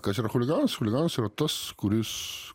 kas yra chuliganas chuliganas yra tas kuris